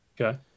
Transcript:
Okay